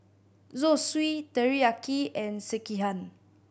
Zosui Teriyaki and Sekihan